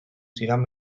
zidan